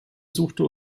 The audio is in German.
suchte